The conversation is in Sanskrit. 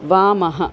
वामः